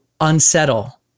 unsettle